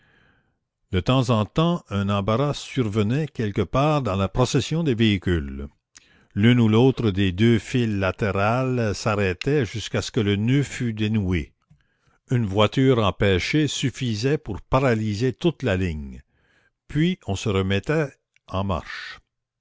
de temps en temps un embarras survenait quelque part dans la procession des véhicules l'une ou l'autre des deux files latérales s'arrêtait jusqu'à ce que le noeud fût dénoué une voiture empêchée suffisait pour paralyser toute la ligne puis on se remettait en marche